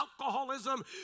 alcoholism